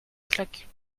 claque